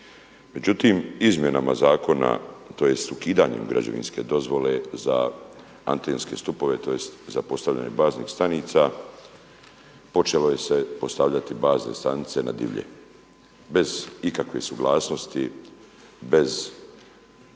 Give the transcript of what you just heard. Međutim, izmjenama zakona tj. ukidanjem građevinske dozvole za antenske stupove tj. za postavljanje baznih stanica počelo se postavljati bazne stanice na divlje bez ikakve suglasnosti, bez ikakve